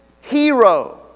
hero